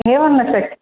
एवं न शक्